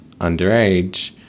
underage